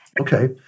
Okay